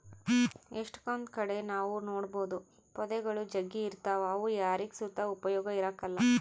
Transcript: ಎಷ್ಟಕೊಂದ್ ಕಡೆ ನಾವ್ ನೋಡ್ಬೋದು ಪೊದೆಗುಳು ಜಗ್ಗಿ ಇರ್ತಾವ ಅವು ಯಾರಿಗ್ ಸುತ ಉಪಯೋಗ ಇರಕಲ್ಲ